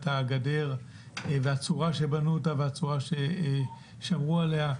הגדר והצורה שבנו אותה והצורה ששמרו עליה.